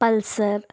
pulsar